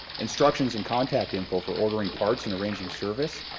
instructions and contact info for ordering parts and arranging service,